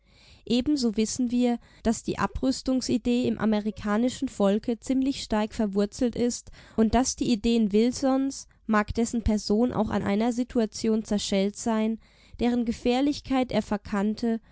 ebenso wissen wir daß die abrüstungsidee im amerikanischen volke ziemlich stark verwurzelt ist und daß die ideen wilsons mag dessen person auch an einer situation zerschellt sein deren gefährlichkeit er verkannte